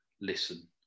listen